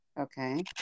Okay